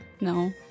No